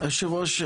יושב הראש,